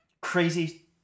crazy